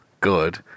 good